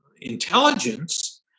intelligence